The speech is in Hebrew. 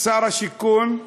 שר השיכון,